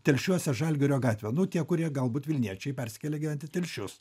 telšiuose žalgirio gatvę nu tie kurie galbūt vilniečiai persikėlė gyvent į telšius